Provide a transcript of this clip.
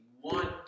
one